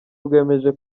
rwemeje